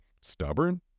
stubborn